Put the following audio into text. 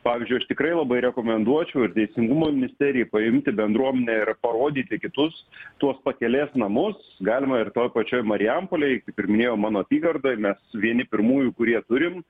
pavyzdžiui aš tikrai labai rekomenduočiau ir teisingumo ministerijai paimti bendruomenę ir parodyti kitus tuos pakelės namus galima ir toj pačioj marijampolėj kaip ir minėjau mano apygardoj mes vieni pirmųjų kurie turim